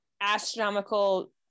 astronomical